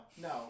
No